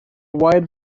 wide